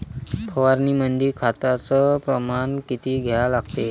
फवारनीमंदी खताचं प्रमान किती घ्या लागते?